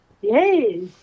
Yes